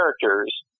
characters